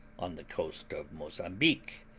on the coast of mozambique,